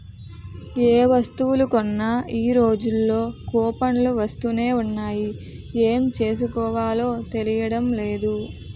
ఏ వస్తువులు కొన్నా ఈ రోజుల్లో కూపన్లు వస్తునే ఉన్నాయి ఏం చేసుకోవాలో తెలియడం లేదు